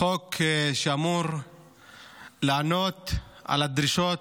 חוק שאמור לענות על הדרישות